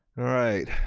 right,